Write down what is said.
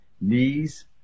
knees